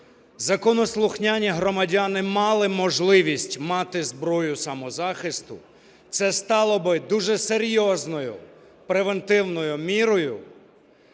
законослухняні громадяни мали можливість мати зброю самозахисту, це стало би дуже серйозною превентивною мірою